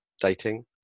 dating